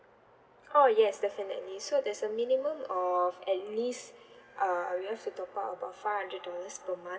oh yes definitely so there's a minimum of at least uh uh you have to top up about five hundred dollars per month